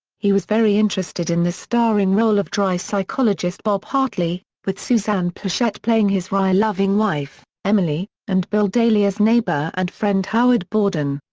he was very interested in the starring role of dry psychologist bob hartley, with suzanne pleshette playing his wry loving wife, emily, and bill daily as neighbor and friend howard borden.